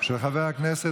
שלילת האפוטרופסות